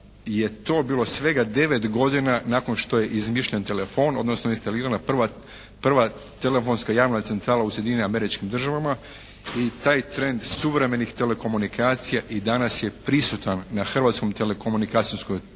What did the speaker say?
je to bilo svega 9 godina nakon što je izmišljen telefon odnosno instalirana prva telefonska javna centrala u Sjedinjenim Američkim Državama i taj trend suvremenih telekomunikacija i danas je prisutan na hrvatskom telekomunikacijskom tržištu